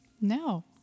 No